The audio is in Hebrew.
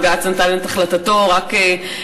בג"ץ נתן את החלטתו רק לאחרונה.